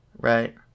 right